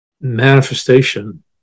manifestation